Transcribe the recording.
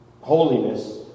holiness